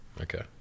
okay